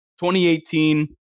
2018